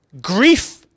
grief